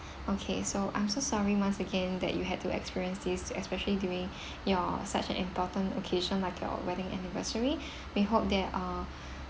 okay so I'm so sorry once again that you had to experience this especially during your such an important occasion like your wedding anniversary we hope that uh